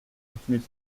infinite